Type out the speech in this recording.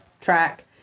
track